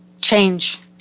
change